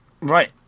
Right